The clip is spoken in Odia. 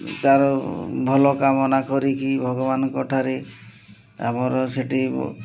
ତା'ର ଭଲ କାମନା କରିକି ଭଗବାନଙ୍କଠାରେ ଆମର ସେଠି